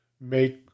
make